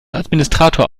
administrator